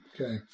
Okay